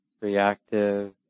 reactive